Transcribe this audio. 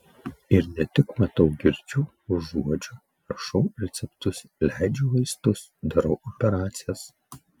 ir ne tik matau girdžiu užuodžiu rašau receptus leidžiu vaistus darau operacijas